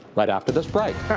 right after this break.